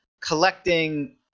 collecting